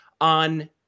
on